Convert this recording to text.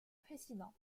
précédent